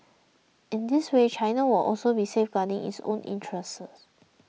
in this way China will also be safeguarding its own interests